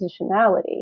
positionality